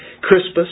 Crispus